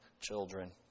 children